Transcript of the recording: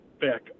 back